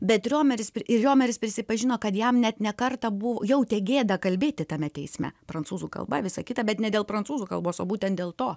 bet riomeris ir riomeris prisipažino kad jam net ne kartą bu jautė gėdą kalbėti tame teisme prancūzų kalba visa kita bet ne dėl prancūzų kalbos o būtent dėl to